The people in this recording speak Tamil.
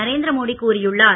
நரேந்திர மோடி கூறியுள்ளார்